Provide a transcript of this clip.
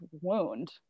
wound